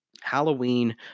Halloween